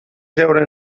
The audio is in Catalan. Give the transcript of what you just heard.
jeure